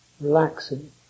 relaxing